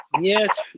yes